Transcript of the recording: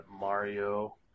Mario